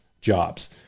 jobs